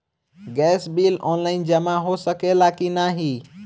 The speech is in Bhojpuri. गैस बिल ऑनलाइन जमा हो सकेला का नाहीं?